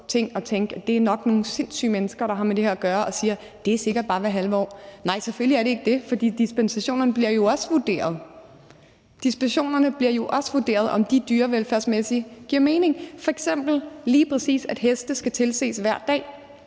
og tænke, at det nok er nogle sindssyge mennesker, der har med det her at gøre og siger, at det sikkert bare er hvert halve år. Nej, selvfølgelig er det ikke det, for dispensationerne bliver også vurderet. Det bliver jo også vurderet, om dispensationerne dyrevelfærdsmæssigt giver mening. F.eks. er lige præcis det, at heste skal tilses hver dag,